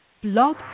Blog